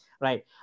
right